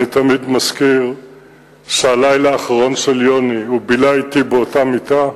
אני תמיד מזכיר שאת הלילה האחרון של יוני הוא בילה אתי באותה מיטה,